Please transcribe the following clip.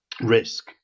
risk